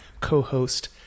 co-host